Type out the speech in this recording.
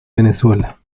venezuela